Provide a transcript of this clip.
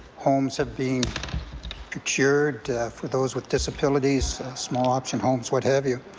homes have been procured for those with disabilities, small option homes what have you.